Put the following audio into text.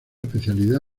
especialidad